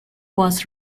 was